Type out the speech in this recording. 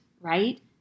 right